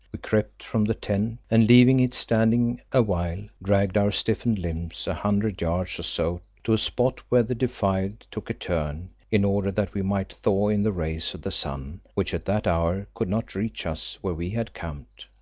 we crept from the tent, and leaving it standing awhile, dragged our stiffened limbs a hundred yards or so to a spot where the defile took a turn, in order that we might thaw in the rays of the sun, which at that hour could not reach us where we had camped.